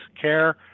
care